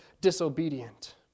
disobedient